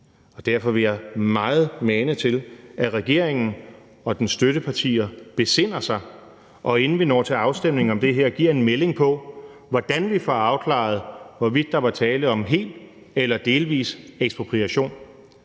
Derfor vil jeg meget mane til, at regeringen og dens støttepartier besinder sig og, inden vi når til afstemning om det her, giver en melding på, hvordan vi får afklaret, hvorvidt der var tale om hel eller delvis ekspropriation.